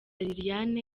liliane